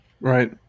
Right